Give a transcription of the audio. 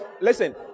listen